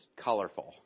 colorful